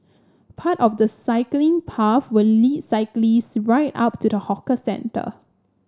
part of the cycling path will lead cyclist right up to the hawker centre